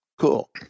Cool